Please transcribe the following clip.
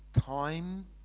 time